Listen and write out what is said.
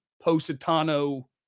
Positano